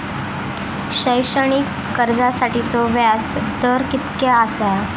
शैक्षणिक कर्जासाठीचो व्याज दर कितक्या आसा?